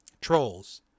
trolls